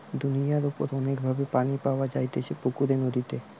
দুনিয়ার উপর অনেক ভাবে পানি পাওয়া যাইতেছে পুকুরে, নদীতে